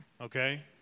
Okay